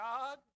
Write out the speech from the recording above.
God